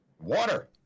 Water